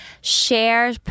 share